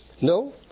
No